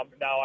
Now